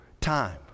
time